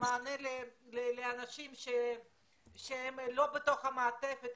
מענה לאנשים שהם לא בתוך המעטפת,